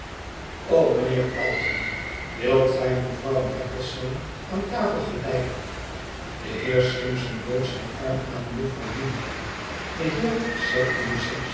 mijnheer calton wilt gij mevrouw maplesone aan tafel geleiden de heer simpson bood zijn arm aan juffrouw julia de heer septimus